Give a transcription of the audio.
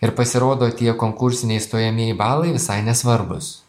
ir pasirodo tie konkursiniai stojamieji balai visai nesvarbūs